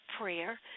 prayer